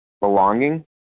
belonging